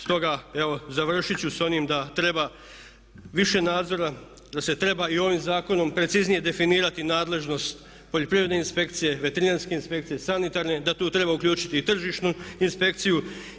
Stoga evo završit ću s onim da treba više nadzora, da se treba i ovim zakonom preciznije definirati nadležnost poljoprivredne inspekcije, veterinarske inspekcije, sanitarne i da tu treba uključiti i tržišnu inspekciju.